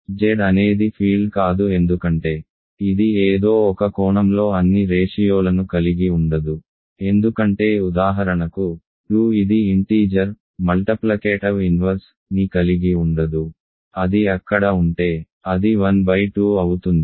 Z అనేది field కాదు ఎందుకంటే ఇది ఏదో ఒక కోణంలో అన్ని రేషియోలను కలిగి ఉండదు ఎందుకంటే ఉదాహరణకు 2 ఇది ఇంటీజర్ గుణకార విలోమాన్ని కలిగి ఉండదు అది అక్కడ ఉంటే అది 1 2 అవుతుంది